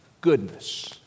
goodness